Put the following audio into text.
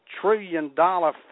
trillion-dollar